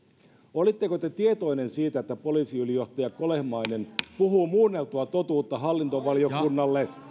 olitteko te tietoinen siitä että poliisiylijohtaja kolehmainen puhuu muunneltua totuutta hallintovaliokunnalle